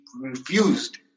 Refused